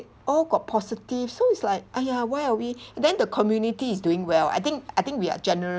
all got positive so it's like !aiya! why are we and then the community is doing well I think I think we are generally